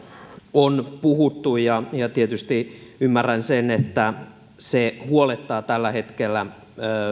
on puhuttu ja ja tietysti ymmärrän sen että se huolettaa tällä hetkellä